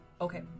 Okay